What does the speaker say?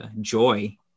joy